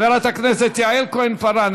חברת הכנסת יעל כהן-פארן,